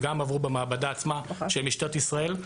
וגם עברו במעבדה עצמה של משטרת ישראל.